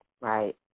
Right